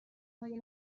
مگه